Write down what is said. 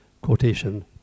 quotation